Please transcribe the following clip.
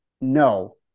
no